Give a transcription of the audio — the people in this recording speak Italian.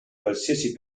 qualsiasi